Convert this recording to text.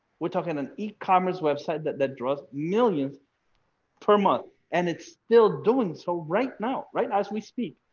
we're talking an e commerce website that that does millions per month, and it's still doing so right now. right as we speak,